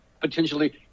potentially